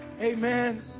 Amen